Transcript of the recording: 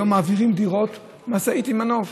היום מעבירים דירות עם משאית עם מנוף.